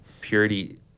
Purity